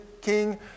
king